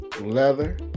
leather